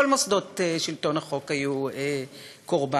כל מוסדות שלטון החוק היו קורבן,